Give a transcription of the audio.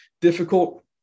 difficult